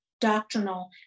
doctrinal